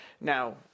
Now